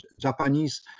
japanese